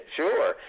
sure